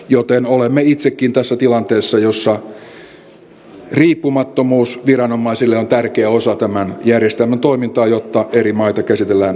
joten olemme itsekin tässä tilanteessa jossa riippumattomuus viranomaisille on tärkeä osa tämän järjestelmän toimintaa jotta eri maita käsitellään yhdenmukaisella tavalla